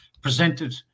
presented